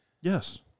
Yes